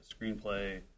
screenplay